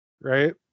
Right